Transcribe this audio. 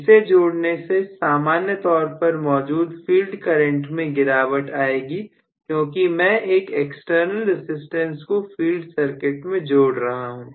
इसे जोड़ने से सामान्य तौर पर मौजूद फील्ड करंट में गिरावट आएगी क्योंकि मैं एक एक्सटर्नल रसिस्टेंस को फील्ड सर्किट में जोड़ रहा हूं